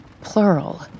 Plural